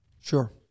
Sure